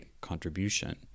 contribution